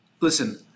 listen